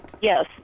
Yes